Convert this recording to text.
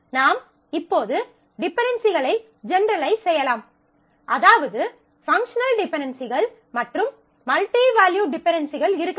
நாம் இப்போது டிபென்டென்சிகளை ஜெனெரலைஸ் செய்யலாம் அதாவது பங்க்ஷனல் டிபென்டென்சிகள் மற்றும் மல்டி வேல்யூட் டிபென்டென்சிகள் இருக்கக்கூடும்